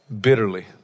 bitterly